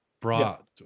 brought